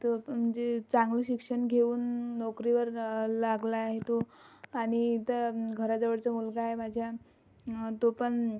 तो म्हणजे चांगलं शिक्षण घेऊन नोकरीवर ला लागलाय तो आणि त घराजवळचा मुलगा आहे माझ्या तो पण